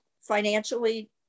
financially